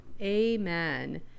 amen